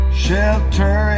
shelter